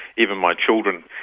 even my children,